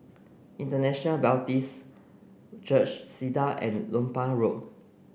International Baptist Church Segar and Lompang Road